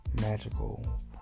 Magical